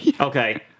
Okay